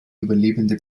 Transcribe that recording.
überlebende